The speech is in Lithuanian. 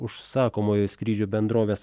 užsakomųjų skrydžių bendrovės